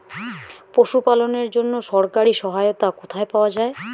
পশু পালনের জন্য সরকারি সহায়তা কোথায় পাওয়া যায়?